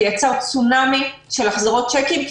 זה יצר צונמי של החזרות צ'קים,